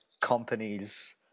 companies